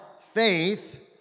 faith